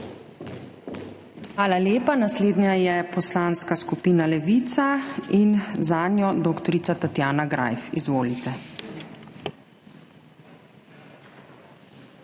Hvala lepa. Naslednja je Poslanska skupina Levica in zanjo dr. Tatjana Greif. Izvolite.